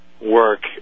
work